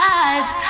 eyes